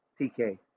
TK